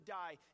die